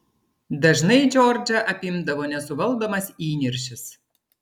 dažnai džordžą apimdavo nesuvaldomas įniršis